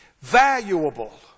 Valuable